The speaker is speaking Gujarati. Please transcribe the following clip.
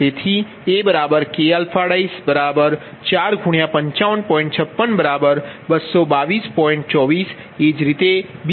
તેથી aki 455